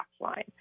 line